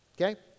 Okay